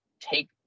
take